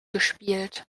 gespielt